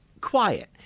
quiet